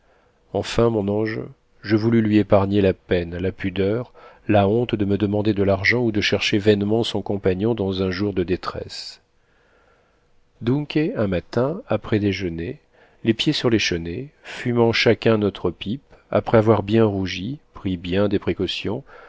enfin mon ange je voulus lui épargner la peine la pudeur la honte de me demander de l'argent ou de chercher vainement son compagnon dans un jour de détresse dunquè un matin après déjeuner les pieds sur les chenets fumant chacun notre pipe après avoir bien rougi pris bien des précautions